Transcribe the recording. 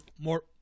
more